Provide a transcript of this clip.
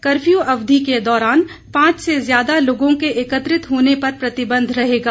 curfew अवधि के दौरान पांच से ज्यादा लोगों के एकत्रित होने पर प्रतिबंध रहेगा